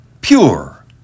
pure